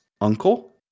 uncle